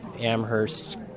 Amherst